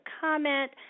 comment